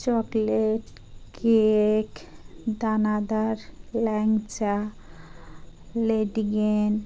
chocolate cake দানাদার ল্যাংচা লেডিকেনি